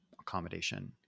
accommodation